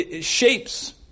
shapes